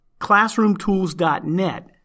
ClassroomTools.net